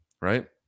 right